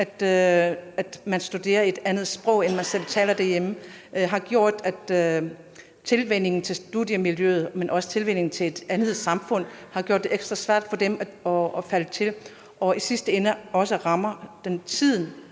de studerer på et andet sprog end det, de taler derhjemme. Tilvænningen til studiemiljøet, men også tilvænningen til et andet samfund, har gjort det ekstra svært for dem at falde til. I sidste ende rammer det